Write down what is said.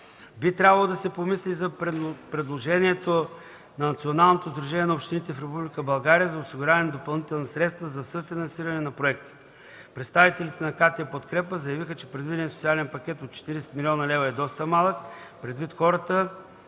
Би трябвало да се помисли и за предложението на Националното сдружение на общините в Република България за осигуряване на допълнителни средства за съфинансиране на проекти. Представителите на КТ „Подкрепа” заявиха, че предвиденият социален пакет от 40 млн. лв. е доста малък предвид хората